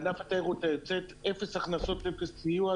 ענף התיירות היוצאת, אפס הכנסות, אפס סיוע.